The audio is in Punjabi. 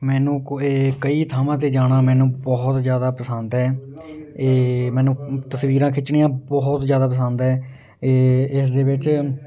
ਮੈਨੂੰ ਇਹ ਕਈ ਥਾਵਾਂ 'ਤੇ ਜਾਣਾ ਮੈਨੂੰ ਬਹੁਤ ਜ਼ਿਆਦਾ ਪਸੰਦ ਹੈ ਇਹ ਅਤੇ ਮੈਨੂੰ ਤਸਵੀਰਾਂ ਖਿੱਚਣੀਆਂ ਬਹੁਤ ਜ਼ਿਆਦਾ ਪਸੰਦ ਹੈ ਇਹ ਇਸ ਦੇ ਵਿੱਚ